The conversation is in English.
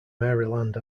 maryland